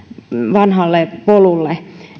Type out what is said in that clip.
vanhalle polulle